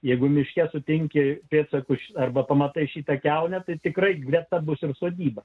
jeigu miške sutinki pėdsakus arba pamatai šitą kiaunę tai tikrai greta bus ir sodyba